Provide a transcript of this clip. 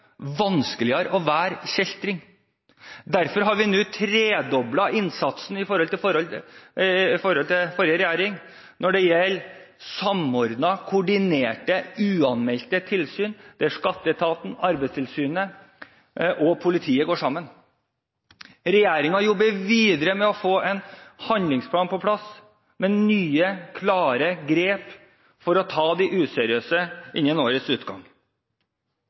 vanskeligere å være kjeltring. Derfor har vi nå tredoblet innsatsen i forhold til forrige regjering når det gjelder samordnede, koordinerte og uanmeldte tilsyn, der Skatteetaten, Arbeidstilsynet og politiet går sammen. Regjeringen jobber videre med å få på plass innen årets utgang en handlingsplan med nye, klare grep for å ta de useriøse.